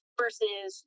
versus